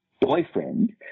boyfriend